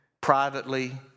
privately